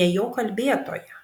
ne jo kalbėtoja